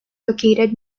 located